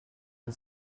and